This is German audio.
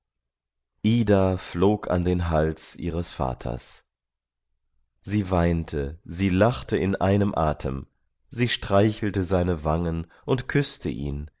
ida flog an den hals ihres vaters sie weinte sie lachte in einem atem sie streichelte seine wangen und küßte ihn